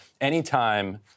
anytime